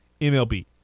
MLB